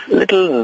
little